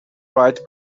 right